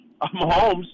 Mahomes